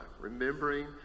Remembering